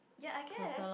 ya I guess